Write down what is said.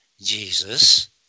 Jesus